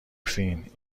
فین